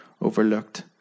overlooked